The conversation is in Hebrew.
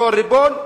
בתור הריבון,